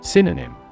Synonym